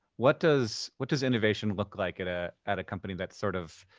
what does what does innovation look like at ah at a company that sort of